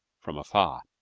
from afar.